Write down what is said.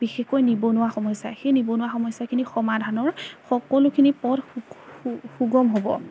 বিশেষকৈ নিবনুৱা সমস্যা সেই নিবনুৱা সমস্যাখিনি সমাধানৰ সকলোখিনি পথ সুগম হ'ব